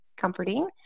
comforting